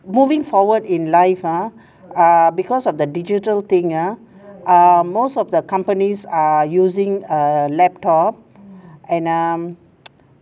moving forward in life ah err because of the digital thing ah err most of the companies are using a laptop and um